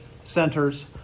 centers